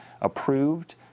approved